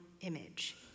image